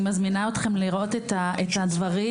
אני מזמינה אתכם לראות את הדברים.